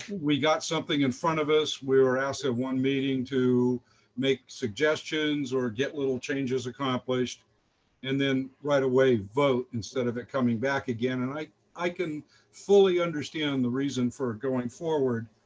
we got something in front of us. we were asked at one meeting to make suggestions or get little changes accomplished and then right away vote instead of it coming back again, and i i can fully understand the reason for going forward.